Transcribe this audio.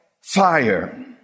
Fire